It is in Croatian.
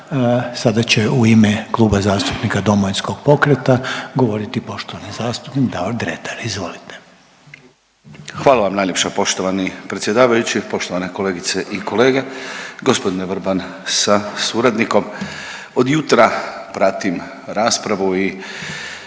Sada će u ime Kluba zastupnika Domovinskog pokreta govoriti poštovani zastupnik Davor Dretar, izvolite. **Dretar, Davor (DP)** Hvala vam najljepša poštovani predsjedavajući, poštovane kolegice i kolege, g. Vrban sa suradnikom. Od jutra pratim raspravu i